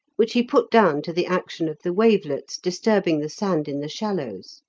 which he put down to the action of the wavelets disturbing the sand in the shallows.